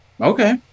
Okay